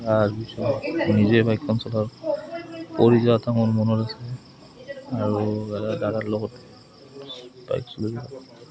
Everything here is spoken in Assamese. তাৰপিছত নিজে বাইকখন চলোৱাত পৰি যোৱাটো মোৰ মনত আছে আৰু দাদাৰ লগত বাইক চ